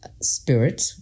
spirit